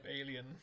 alien